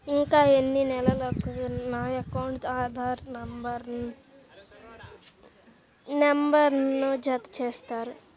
ఇంకా ఎన్ని నెలలక నా అకౌంట్కు ఆధార్ నంబర్ను జత చేస్తారు?